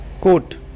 quote